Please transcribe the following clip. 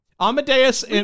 Amadeus